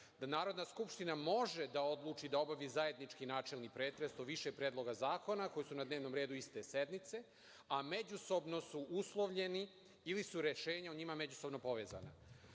– Narodna skupština može da odluči da obavi zajednički načelni pretres o više predloga zakona koji su na dnevnom redu iste sednice, a međusobno su uslovljeni ili su rešenja o njima međusobno povezana. Naravno,